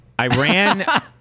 Iran